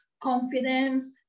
confidence